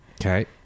Okay